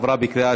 נתקבל.